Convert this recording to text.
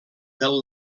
del